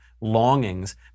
longings